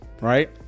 right